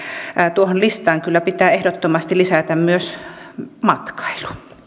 tuohon listaan kyllä pitää ehdottomasti lisätä myös matkailu